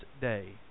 day